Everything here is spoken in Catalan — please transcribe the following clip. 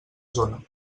zona